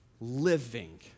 living